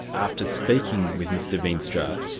after speaking with mr veenstra,